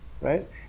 Right